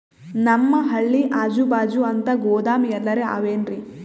ನಮ್ ಹಳ್ಳಿ ಅಜುಬಾಜು ಅಂತ ಗೋದಾಮ ಎಲ್ಲರೆ ಅವೇನ್ರಿ?